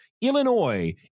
Illinois